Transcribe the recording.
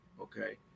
Okay